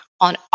on